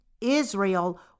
Israel